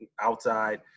outside